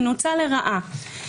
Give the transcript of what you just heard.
מנוצל לרעה.